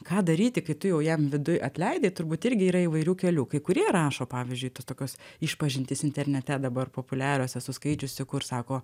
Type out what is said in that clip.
ką daryti kai tu jau jam viduj atleidai turbūt irgi yra įvairių kelių kai kurie rašo pavyzdžiui tos tokios išpažintys internete dabar populiarios esu skaičiusi kur sako